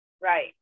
Right